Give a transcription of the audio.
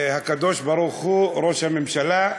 שהקדוש-ברוך-הוא, ראש הממשלה,